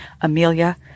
Amelia